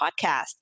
podcast